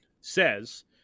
says